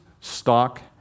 stock